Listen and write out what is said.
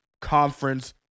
Conference